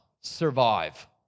survive